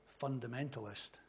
fundamentalist